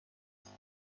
است